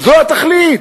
זו התכלית?